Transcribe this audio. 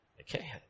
Okay